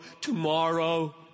tomorrow